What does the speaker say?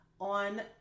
on